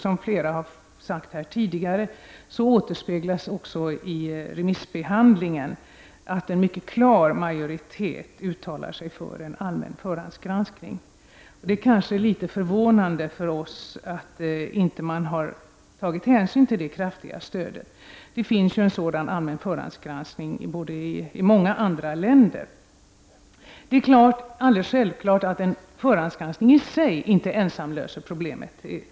Som flera talare sagt återspeglar också remissbehandlingen en mycket klar majoritet för en allmän förhandsgranskning. Det är kanske litet förvånande för oss att man inte har tagit hänsyn till detta kraftiga stöd. I många andra länder finns det ju en sådan allmän förhandsgranskning. Det är alldeles självklart att en förhandsgranskning inte ensam löser problemen.